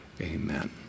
amen